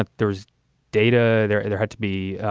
but there was data there there had to be,